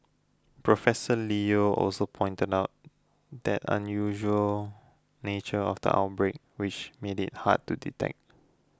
Professor Leo also pointed out the unusual nature of the outbreak which made it hard to detect